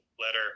letter